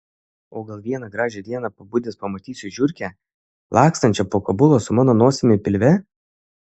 o gal vieną gražią dieną pabudęs pamatysiu žiurkę lakstančią po kabulą su mano nosimi pilve